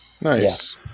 Nice